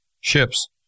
Ships